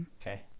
Okay